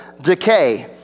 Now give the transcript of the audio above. decay